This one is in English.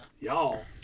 Y'all